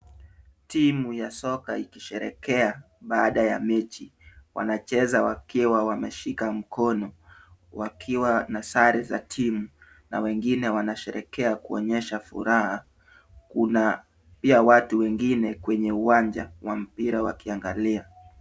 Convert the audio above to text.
Timu ya soka ikisherehekea baada ya mechi. Wanacheza wakiwa wameshika mkono, wakiwa na sare za timu. Na wengine wanasherekea kuonyesha furaha. Kuna pia watu wengine kwenye uwanja wa mpira wakiangalia.